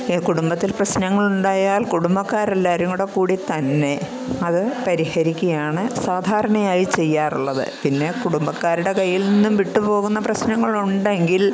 കുടുംബത്തില് പ്രശ്നങ്ങളുണ്ടായാല് കുടുംബക്കാരെല്ലാവരും കൂടെ കൂടി തന്നെ അത് പരിഹരിക്കുകയാണ് സാധാരണയായി ചെയ്യാറുള്ളത് പിന്നെ കുടുംബക്കാരുടെ കയ്യില്നിന്നും വിട്ടുപോകുന്ന പ്രശ്നങ്ങള് ഉണ്ടെങ്കില്